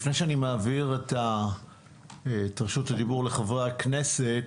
לפני שאני מעביר את רשות הדיבור לחברי הכנסת,